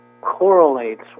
correlates